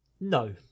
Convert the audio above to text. No